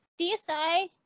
DSI